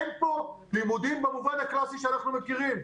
אין פה לימודים במובן הקלאסי שאנחנו מכירים,